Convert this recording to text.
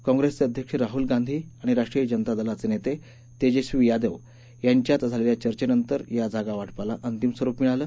काँग्रेसचे अध्यक्ष राहूल गांधी आणि राष्ट्रीय जनता दलाचे नेते तेजस्वी यादव यांच्यात झालेल्या चर्चेनंतर या जागावाटपाला अंतिम स्वरुप मिळालं